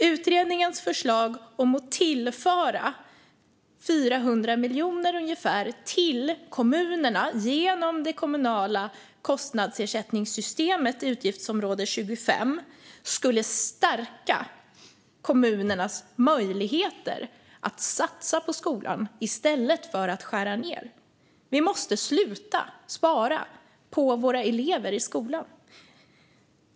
Utredningens förslag om att tillföra ungefär 400 miljoner till kommunerna genom det kommunala kostnadsersättningssystemet, utgiftsområde 25, skulle stärka kommunernas möjligheter att satsa på skolan i stället för att skära ned. Vi måste sluta spara på våra elever i skolan.